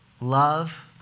Love